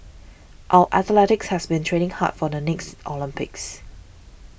our athletes have been training hard for the next Olympics